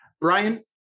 Brian